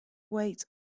wait